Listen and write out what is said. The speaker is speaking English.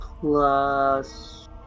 plus